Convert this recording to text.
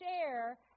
share